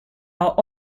are